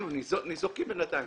אנחנו ניזוקים בינתיים.